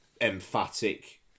emphatic